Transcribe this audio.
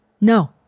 No